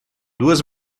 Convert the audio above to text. duas